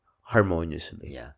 harmoniously